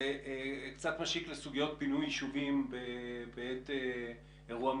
זה קצת משיק לסוגיות פינוי יישובים בעת אירוע מלחמתי.